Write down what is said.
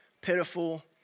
pitiful